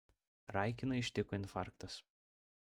raikiną ištiko infarktas